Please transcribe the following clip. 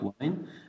wine